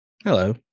Hello